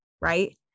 right